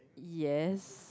yes